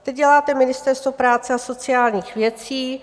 Teď děláte Ministerstvo práce a sociálních věcí.